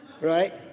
Right